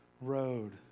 road